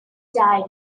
died